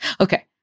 Okay